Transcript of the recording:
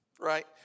right